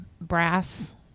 brass